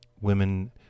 women